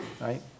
right